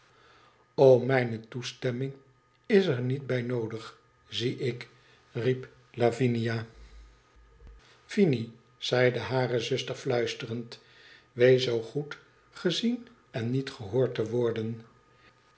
mijne toestemming is er met bij noodig zie ik i riep lavinia vinie zeide hare zuster fluisterend twees zoo goed gezien en niet gehoord te worden